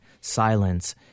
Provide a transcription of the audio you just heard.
silence